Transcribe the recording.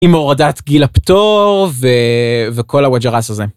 עם הורדת גיל הפטור וכל הוואג'רס הזה.